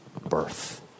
birth